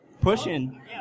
pushing